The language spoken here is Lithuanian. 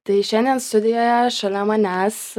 tai šiandien studijoje šalia manęs